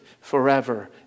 forever